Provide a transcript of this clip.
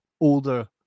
older